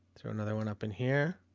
is there another one up in here?